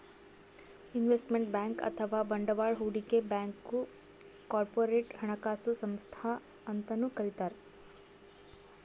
investment bank ಅಥವಾ ಬಂಡವಾಳ್ ಹೂಡಿಕೆ ಬ್ಯಾಂಕ್ಗ್ ಕಾರ್ಪೊರೇಟ್ ಹಣಕಾಸು ಸಂಸ್ಥಾ ಅಂತನೂ ಕರಿತಾರ್